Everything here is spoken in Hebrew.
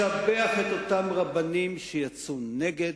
אני משבח את אותם רבנים שיצאו נגד.